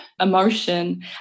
emotion